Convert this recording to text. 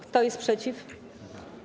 Kto jest przeciw?